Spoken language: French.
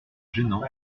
gênants